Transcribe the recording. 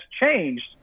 changed